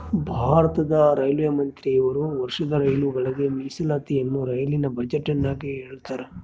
ಭಾರತದ ರೈಲ್ವೆ ಮಂತ್ರಿಯವರು ವರ್ಷದ ರೈಲುಗಳಿಗೆ ಮೀಸಲಾತಿಯನ್ನ ರೈಲಿನ ಬಜೆಟಿನಗ ಹೇಳ್ತಾರಾ